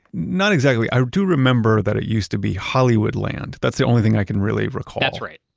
not exactly. i do remember that it used to be hollywood land. that's the only thing i can really recall that's right.